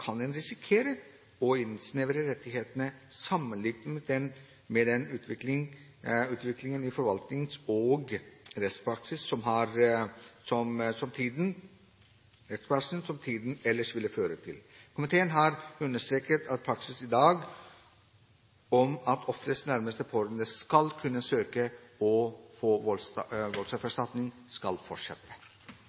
kan en risikere å innsnevre rettighetene sammenlignet med den utviklingen i forvaltnings- og rettspraksis som tiden ellers vil føre til. Komiteen vil understreke at praksisen i dag, at ofres nærmeste pårørende skal kunne søke og få voldsoffererstatning, skal fortsette.